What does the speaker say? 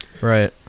Right